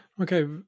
Okay